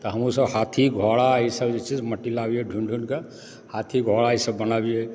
तऽ हमहूँसभ हाथी घोड़ा ईसभ जे छै से माटि लाबियै ढूँढ ढूँढके हाथी घोड़ा ईसभ बनाबियै